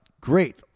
Great